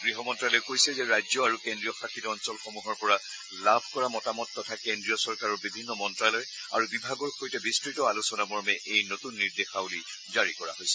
গৃহ মন্ত্যালয়ে কৈছে যে ৰাজ্য আৰু কেন্দ্ৰীয় শাসিত অঞ্চলসমূহৰ পৰা লাভ কৰা মতামত তথা কেন্দ্ৰীয় চৰকাৰৰ বিভিন্ন মন্ত্যালয় আৰু বিভাগৰ সৈতে বিস্তৃত আলোচনা মৰ্মে এই নতুন নিৰ্দেশাৱলী জাৰি কৰা হৈছে